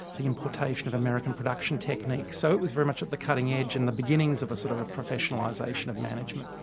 the importation of american production techniques, so it was very much at the cutting edge, and the beginnings of a sort of a professionalisation of management.